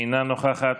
אינה נוכחת,